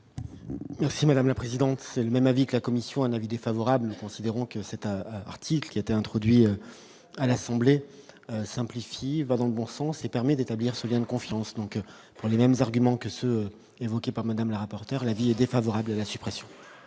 Merci madame la présidente, c'est le même avis que la Commission un avis défavorable, considérant que c'est un article qui a été introduit à l'Assemblée va dans le bon sens et permet d'établir ce lien de confiance donc, pour les mêmes arguments que ceux évoqués par Madame la rapporteur, l'avis est défavorable à la suppression.